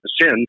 sin